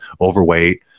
overweight